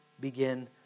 begin